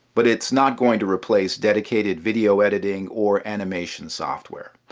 but it's not going to replace dedicated video-editing or animation software.